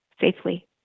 safely